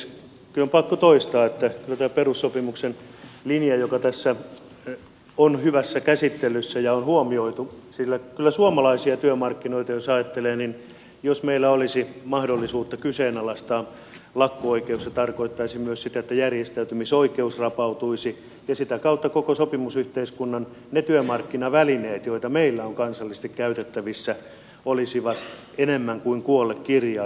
kyllä on pakko toistaa tähän perussopimuksen linjaan liittyen joka tässä on hyvässä käsittelyssä ja on huomioitu että suomalaisia työmarkkinoita jos ajattelee niin jos meillä olisi mahdollisuus kyseenalaistaa lakko oikeus se tarkoittaisi myös sitä että järjestäytymisoikeus rapautuisi ja sitä kautta koko sopimusyhteiskunnan ne työmarkkinavälineet joita meillä on kansallisesti käytettävissä olisivat enemmän kuin kuollut kirjain